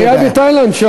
הבעיה היא בתאילנד.